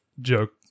joke